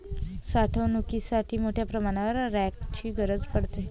साठवणुकीसाठी मोठ्या प्रमाणावर रॅकची गरज पडते